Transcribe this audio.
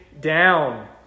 down